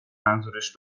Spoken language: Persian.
منظورش